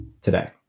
today